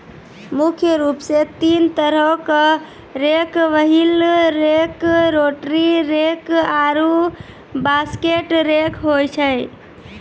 मुख्य रूप सें तीन तरहो क rake wheel rake, rotary rake आरु बास्केट रेक होय छै